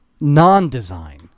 non-design